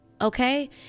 Okay